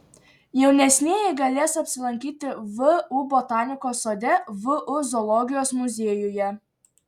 jaunesnieji galės apsilankyti vu botanikos sode vu zoologijos muziejuje